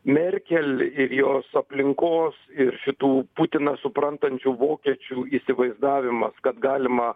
merkel ir jos aplinkos ir šitų putiną suprantančių vokiečių įsivaizdavimas kad galima